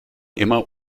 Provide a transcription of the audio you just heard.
immer